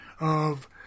of